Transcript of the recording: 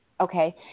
Okay